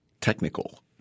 technical